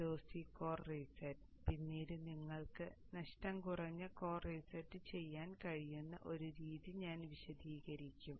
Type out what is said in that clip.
lossy core reset പിന്നീട് നിങ്ങൾക്ക് നഷ്ടം കുറഞ്ഞ കോർ റീസെറ്റ് ചെയ്യാൻ കഴിയുന്ന ഒരു രീതി ഞാൻ വിശദീകരിക്കും